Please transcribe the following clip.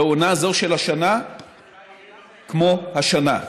בעונה זו של השנה כמו השנה.